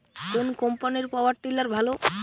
কোন কম্পানির power tiller ভালো?